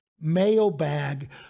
mailbag